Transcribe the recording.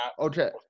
Okay